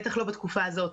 בטח לא בתקופה הזאת,